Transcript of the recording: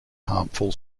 harmful